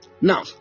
now